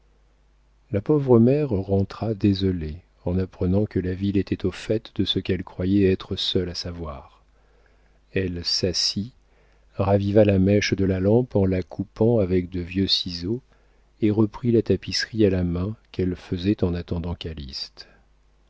la pauvre mère rentra désolée en apprenant que la ville était au fait de ce qu'elle croyait être seule à savoir elle s'assit raviva la mèche de la lampe en la coupant avec de vieux ciseaux et reprit la tapisserie à la main qu'elle faisait en attendant calyste